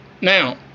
Now